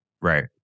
Right